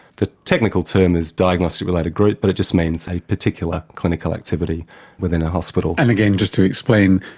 the technical term is diagnostic related group, but it just means a particular clinical activity within a hospital. and again, just to explain,